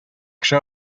кеше